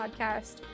Podcast